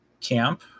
camp